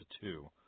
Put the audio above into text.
two